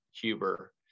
Huber